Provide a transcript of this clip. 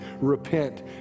repent